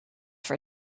for